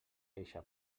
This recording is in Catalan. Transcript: eixa